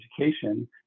education